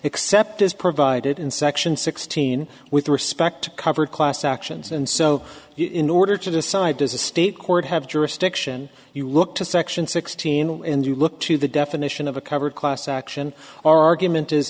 except as provided in section sixteen with respect to cover class actions and so in order to decide does the state court have jurisdiction you look to section sixteen and you look to the definition of a covered class action argument is